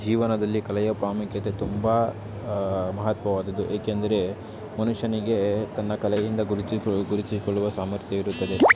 ಜೀವನದಲ್ಲಿ ಕಲೆಯ ಪ್ರಾಮುಖ್ಯತೆ ತುಂಬ ಮಹತ್ವವಾದದ್ದು ಏಕೆಂದರೆ ಮನುಷ್ಯನಿಗೆ ತನ್ನ ಕಲೆಯಿಂದ ಗುರುತಿಸಿಕೊ ಗುರುತಿಸಿಕೊಳ್ಳುವ ಸಾಮರ್ಥ್ಯ ಇರುತ್ತದೆ